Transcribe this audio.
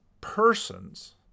persons